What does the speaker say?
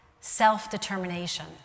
self-determination